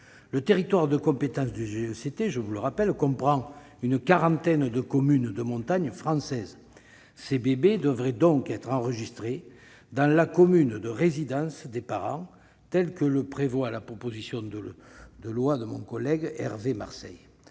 Le territoire de compétence du GECT comprend une quarantaine de communes de montagne françaises. Ces bébés devraient donc être enregistrés dans la commune de résidence des parents, ainsi que le prévoit la proposition de loi de mon collègue Hervé Marseille.